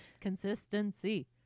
Consistency